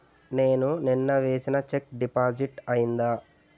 నేను నిన్న వేసిన చెక్ డిపాజిట్ అయిందా?